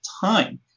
time